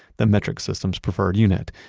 the metric systems preferred unit.